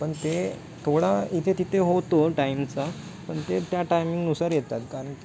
पण ते थोडा इथे तिथे होतो टाईमचा पण ते त्या टायमिंगनुसार येतात कारण